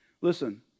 listen